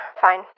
Fine